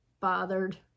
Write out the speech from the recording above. bothered